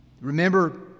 Remember